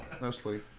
Mostly